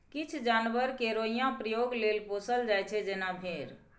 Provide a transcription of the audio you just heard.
किछ जानबर केँ रोइयाँ प्रयोग लेल पोसल जाइ छै जेना भेड़